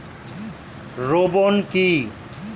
Boron কি?